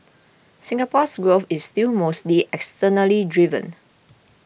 Singapore's growth is still mostly externally driven